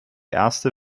erste